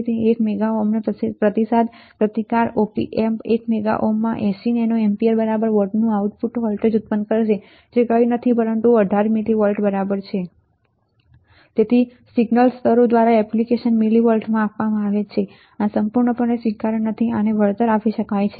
1 mega ઓહ્મનો પ્રતિસાદ પ્રતિકાર ઓપ એમ્પ 1 મેગા ઓહ્મમાં 80 નેનો એમ્પીયરના બરાબર વોટનું આઉટપુટ વોલ્ટેજ ઉત્પન્ન કરશે જે કંઈ નથી પરંતુ 18 મિલીવોલ્ટ બરાબર છે હવે સિગ્નલ સ્તરો દ્વારા એપ્લિકેશન મિલીવોલ્ટમાં માપવામાં આવે છે આ સંપૂર્ણપણે સ્વીકાર્ય નથી આને વળતર આપી શકાય છે